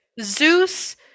zeus